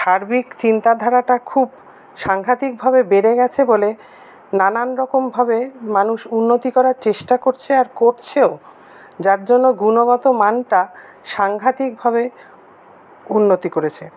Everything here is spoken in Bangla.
সার্বিক চিন্তাধারাটা খুব সাংঘাতিকভাবে বেড়ে গেছে বলে নানানরকম ভাবে মানুষ উন্নতি করার চেষ্টা করছে আর করছেও যার জন্য গুণগত মানটা সাংঘাতিকভাবে উন্নতি করেছে